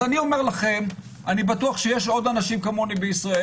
אז אני אומר לכם: אני בטוח שיש עוד אנשים כמוני בישראל,